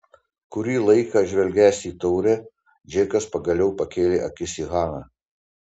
kurį laiką žvelgęs į taurę džekas pagaliau pakėlė akis į haną